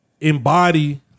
embody